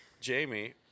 Jamie